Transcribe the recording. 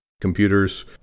Computers